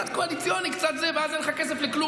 קצת קואליציוני, קצת זה, ואז אין לך כסף לכלום.